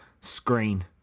screen